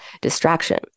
distraction